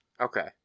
Okay